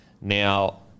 Now